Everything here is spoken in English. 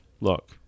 look